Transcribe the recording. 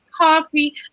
Coffee